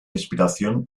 inspiración